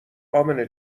امنه